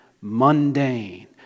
mundane